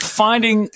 finding